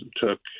took